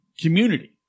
community